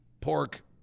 pork